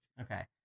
Okay